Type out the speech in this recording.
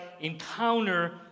encounter